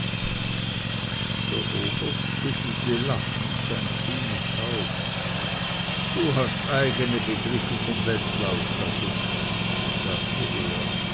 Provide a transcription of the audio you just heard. der oberst schüttelte lachend sein kühnes haupt du hast eigne begriffe vom weltlauf casutt sagte er